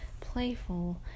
playful